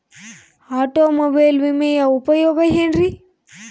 Automobile ವಿಮೆಯ ಉಪಯೋಗ ಏನ್ರೀ?